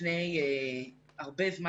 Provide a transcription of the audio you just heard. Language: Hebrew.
לפני הרבה זמן,